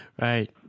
Right